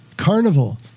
carnival